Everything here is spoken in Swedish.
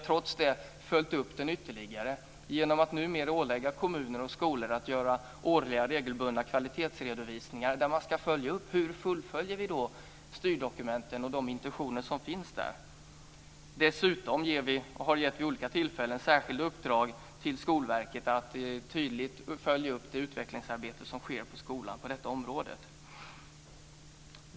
Trots det har vi följt upp det ytterligare genom att numera ålägga kommuner och skolor att göra årliga regelbundna kvalitetsredovisningar där vi ska följa upp hur man fullföljer styrdokumenten och de intentioner som finns där. Dessutom ger vi, och har vid olika tillfällen gett, särskilda uppdrag till Skolverket att tydligt följa upp det utvecklingsarbete som sker på skolan på detta område.